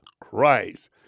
Christ